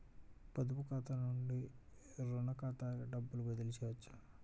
పొదుపు ఖాతా నుండీ, రుణ ఖాతాకి డబ్బు బదిలీ చేయవచ్చా?